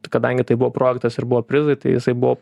kadangi tai buvo projektas ir buvo prizai tai jisai buvo